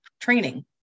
training